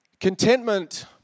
Contentment